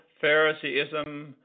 Phariseeism